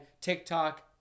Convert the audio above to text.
TikTok